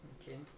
Okay